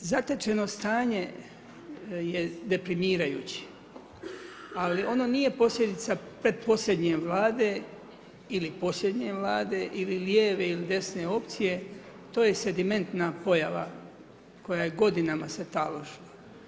Zatečeno stanje je deprimirajuće ali ono nije posljedica pretposljednje Vlade ili posljednje Vlade ili lijeve ili desne opcije, to je sedimentna pojava koja se godinama taložila.